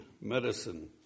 medicine